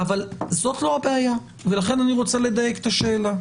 אבל זאת לא הבעיה ולכן אני רוצה לדייק את השאלה.